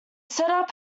setup